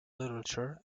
literature